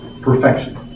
perfection